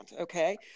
okay